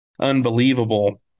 unbelievable